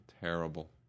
Terrible